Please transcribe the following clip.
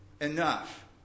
enough